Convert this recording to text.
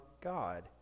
God